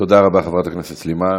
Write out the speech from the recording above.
תודה רבה, חברת הכנסת סלימאן.